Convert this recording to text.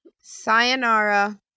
Sayonara